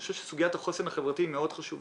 אני חושב שסוגיית החוסן החברתי מאוד חשובה.